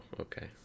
okay